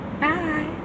bye